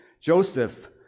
Joseph